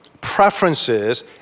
preferences